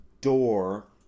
door